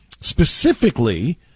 Specifically